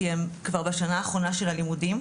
כי הם כבר בשנה האחרונה של הלימודים.